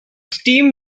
steam